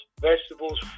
vegetables